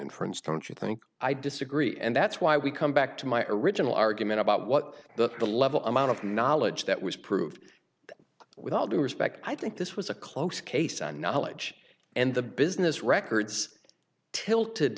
inference don't you think i disagree and that's why we come back to my orignal argument about what the the level amount of knowledge that was proved with all due respect i think this was a close case on knowledge and the business records tilted